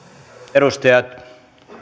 edustajat